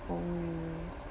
oh